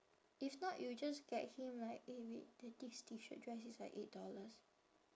if not you just get him like eh wait the this T shirt dress is like eight dollars